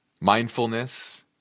mindfulness